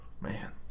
man